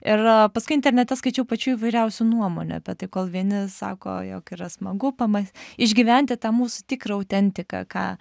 ir paskui internete skaičiau pačių įvairiausių nuomonių apie tai kol vieni sako jog yra smagu pama išgyventi tą mūsų tikrą autentiką ką